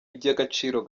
iby’agaciro